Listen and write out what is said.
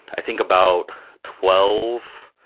i think about twelve,